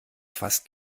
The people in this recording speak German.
fast